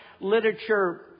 literature